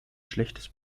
schlechtes